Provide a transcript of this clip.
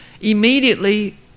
immediately